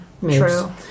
True